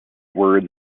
words